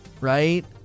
right